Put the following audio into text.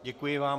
Děkuji vám.